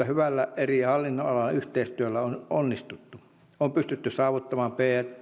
hyvällä eri hallinnonalojen yhteistyöllä on onnistuttu on pystytty saavuttamaan